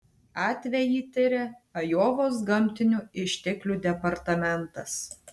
atvejį tiria ajovos gamtinių išteklių departamentas